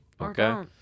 Okay